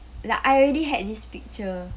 like I already had this picture